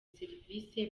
serivisi